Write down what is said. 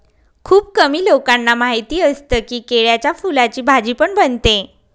खुप कमी लोकांना माहिती असतं की, केळ्याच्या फुलाची भाजी पण बनते